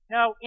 Now